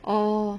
oh